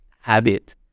habit